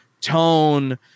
tone